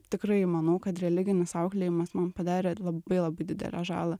tikrai manau kad religinis auklėjimas man padarė labai labai didelę žalą